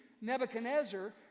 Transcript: Nebuchadnezzar